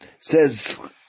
says